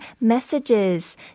messages